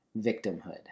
victimhood